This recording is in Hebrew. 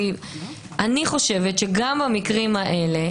אני חושבת שגם במקרים האלה,